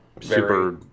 super